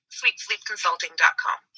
sweetsleepconsulting.com